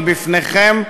היא בפניכם,